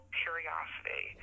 curiosity